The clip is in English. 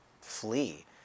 flee